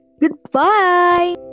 Goodbye